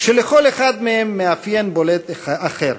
ולכל אחד מהם מאפיין בולט אחר: